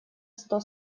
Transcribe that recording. сто